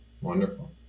wonderful